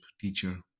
teacher